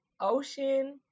Ocean